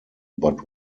but